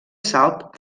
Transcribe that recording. salt